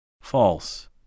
False